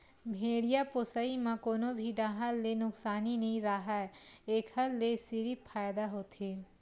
भेड़िया पोसई म कोनो भी डाहर ले नुकसानी नइ राहय एखर ले सिरिफ फायदा होथे